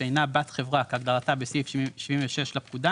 שאינה בת-חברה כהגדרתה בסעיף 76 לפקודה